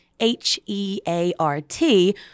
H-E-A-R-T